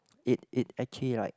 it it actually like